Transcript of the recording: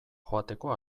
joateko